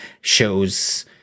shows